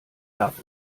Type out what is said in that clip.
darf